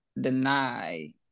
deny